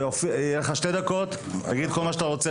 יש לך שתי דקות להגיד את כל מה שאתה רוצה.